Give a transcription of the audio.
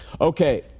Okay